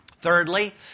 Thirdly